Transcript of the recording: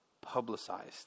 publicized